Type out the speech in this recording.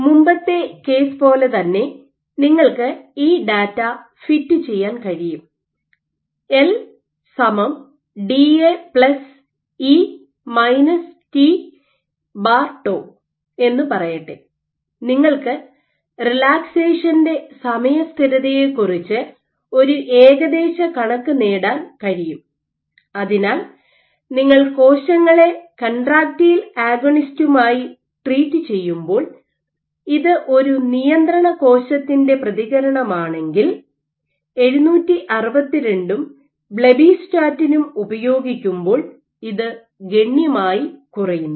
മുമ്പത്തെ കേസ് പോലെ തന്നെ നിങ്ങൾക്ക് ഈ ഡാറ്റ ഫിറ്റുചെയ്യാൻ കഴിയും L Da La e tτ എന്ന് പറയട്ടെ നിങ്ങൾക്ക് റിലാക്സേഷന്റെ സമയ സ്ഥിരതയെക്കുറിച്ച് ഒരു ഏകദേശ കണക്ക് നേടാൻ കഴിയും അതിനാൽ നിങ്ങൾ കോശങ്ങളെ കൺട്രാക്റ്റൈൽ അഗോണിസ്റ്റുമായി ട്രീറ്റ് ചെയ്യുമ്പോൾ ഇത് ഒരു നിയന്ത്രണകോശത്തിൻറെ പ്രതികരണമാണെങ്കിൽ റഫർ സമയം 2806 762 ഉം ബ്ലെബിസ്റ്റാറ്റിനും ഉപയോഗിക്കുമ്പോൾ ഇത് ഗണ്യമായി കുറയുന്നു